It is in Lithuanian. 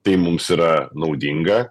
tai mums yra naudinga